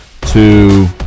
two